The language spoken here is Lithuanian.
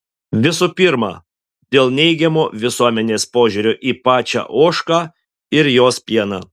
visų pirma dėl neigiamo visuomenės požiūrio į pačią ožką ir jos pieną